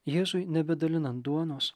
jėzui nebedalinant duonos